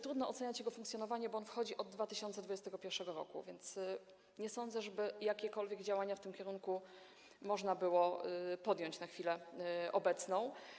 Trudno oceniać jego funkcjonowanie, bo on wchodzi od 2021 r., więc nie sądzę, żeby jakiekolwiek działania w tym kierunku można było podjąć na chwilę obecną.